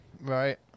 right